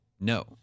No